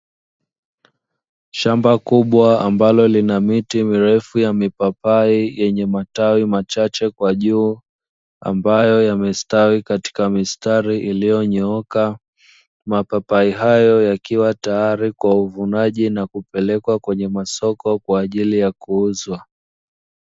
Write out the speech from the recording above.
Shamba kubwa ambalo lina miti mirefu ya mipapai, yenye matawi machache kwa juu ambayo yamestawi katika mistari iliyonyooka. Mapapai hayo yakiwa tayari kwa uvunaji nakupelekwa kwenye masoko kwaajili ya kuuzwa.